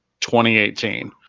2018